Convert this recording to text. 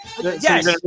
Yes